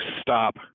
stop